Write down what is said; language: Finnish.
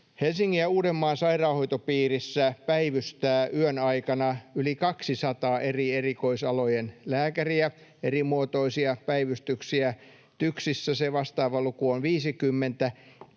Helsingin ja Uudenmaan sairaanhoitopiirissä päivystää yön aikana yli 200 eri erikoisalojen lääkäriä, erimuotoisia päivystyksiä. TYKSissä se vastaava luku on 50.